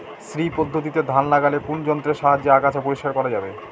শ্রী পদ্ধতিতে ধান লাগালে কোন যন্ত্রের সাহায্যে আগাছা পরিষ্কার করা যাবে?